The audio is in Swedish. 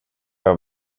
jag